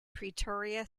pretoria